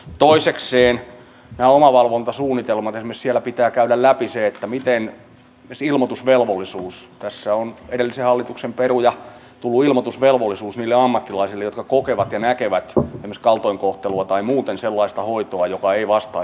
toisekseen näissä omavalvontasuunnitelmissa pitää käydä läpi esimerkiksi ilmoitusvelvollisuus tässä on edellisen hallituksen peruina tullut ilmoitusvelvollisuus niille ammattilaisille jotka kokevat ja näkevät esimerkiksi kaltoinkohtelua tai muuten sellaista hoitoa joka ei vastaa esimerkiksi ihmisarvoa